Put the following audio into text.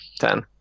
Ten